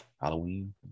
Halloween